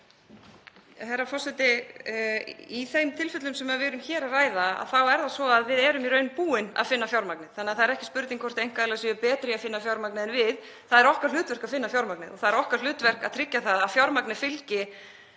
það er ekki spurning hvort einkaaðilar séu betri í að finna fjármagn en við. Það er okkar hlutverk að finna fjármagnið. Það er okkar hlutverk að tryggja að fjármagnið fylgi